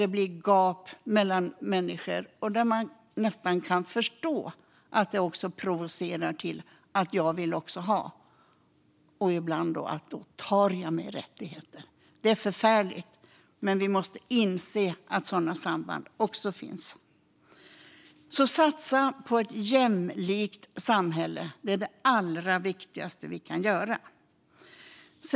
Det blir gap mellan människor, och man kan nästan förstå att det provocerar. "Jag vill också ha, och ibland tar jag mig rättigheter." Det är förfärligt, men vi måste inse att sådana samband finns. Att satsa på ett jämlikt samhälle är det allra viktigaste vi kan göra.